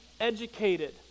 educated